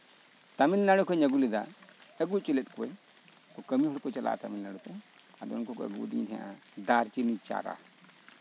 ᱛᱟᱹᱢᱤᱞᱱᱟᱹᱲᱩ ᱠᱷᱚᱡ ᱟᱹᱜᱩ ᱞᱮᱫᱟᱧ ᱟᱹᱜᱩ ᱦᱚᱪᱚᱞᱮᱫ ᱠᱚᱣᱟᱧ ᱠᱟᱹᱢᱤ ᱦᱚᱲ ᱠᱚ ᱪᱟᱞᱟᱜᱼᱟ ᱛᱟᱹᱢᱤᱞᱱᱟᱲᱩ ᱫᱚ ᱟᱫᱚ ᱩᱱᱠᱩ ᱠᱚ ᱟᱹᱜᱩ ᱟᱹᱫᱤᱧ ᱛᱟᱸᱦᱮᱜ ᱫᱟᱨᱪᱤᱱᱤ ᱪᱟᱨᱟ